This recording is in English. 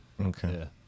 Okay